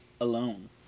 alone